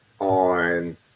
on